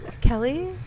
Kelly